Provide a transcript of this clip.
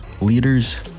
leaders